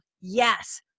yes